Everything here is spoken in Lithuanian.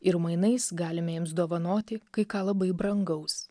ir mainais galime jiems dovanoti kai ką labai brangaus